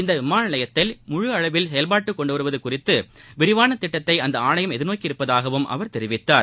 இந்த விமான நிலையத்தை முழு அளவில் செயல்பாட்டுக்கு கொண்டு வருவது குறித்து விரிவான திட்டத்தை அந்த ஆணையம் எதிர்நோக்கியுள்ளதாகவும் அவர் தெரிவித்தார்